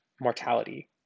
mortality